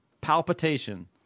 palpitation